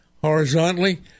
horizontally